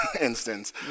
instance